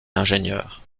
l’ingénieur